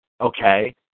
Okay